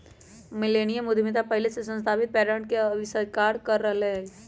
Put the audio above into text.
millennium उद्यमिता पहिले से स्थापित पैटर्न के अस्वीकार कर रहल हइ